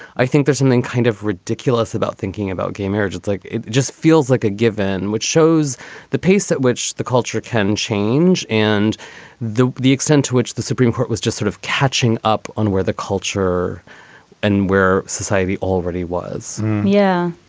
i think there's something kind of ridiculous about thinking about gay marriage. i like it just feels like a given, which shows the pace at which the culture can change and the the extent to which the supreme court was just sort of catching up on where the culture and where society already was yeah.